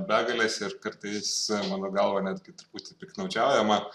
begalės ir kartais mano galva netgi truputį piktnaudžiaujama